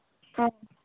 ꯑꯥ